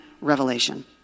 Revelation